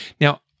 Now